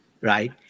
right